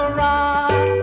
rock